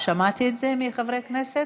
שמעתי את זה מחברי הכנסת?